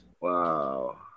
Wow